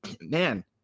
Man